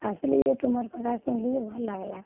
Ashley ଯେ ତୁମର୍ କଥା ଶୁନ୍ଲି ଯେ ଭଲ୍ ଲାଗ୍ଲା